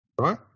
Right